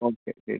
okay ശരി